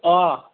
অঁ